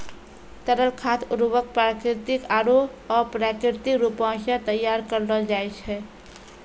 तरल खाद उर्वरक प्राकृतिक आरु अप्राकृतिक रूपो सें तैयार करलो जाय छै